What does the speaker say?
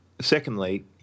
secondly